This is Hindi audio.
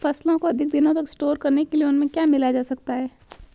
फसलों को अधिक दिनों तक स्टोर करने के लिए उनमें क्या मिलाया जा सकता है?